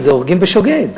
זה הורגים בשוגג,